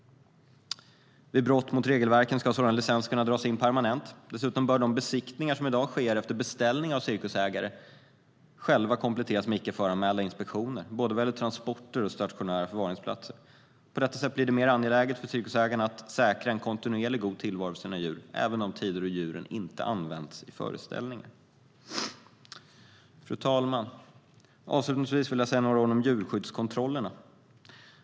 Vid brott mot regelverket ska sådana licenser kunna dras in permanent. Dessutom bör de besiktningar som i dag sker efter beställning av cirkusägarna själva kompletteras med icke föranmälda inspektioner vad gäller både transporter och stationära förvaringsplatser. På detta sätt blir det mer angeläget för cirkusägarna att säkra en kontinuerligt god tillvaro för sina djur även under de tider då djuren inte används i föreställningar. Fru talman! Avslutningsvis vill jag säga några ord om djurskyddskontrollerna.